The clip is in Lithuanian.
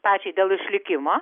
pačiai dėl išlikimo